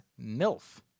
MILF